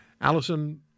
Allison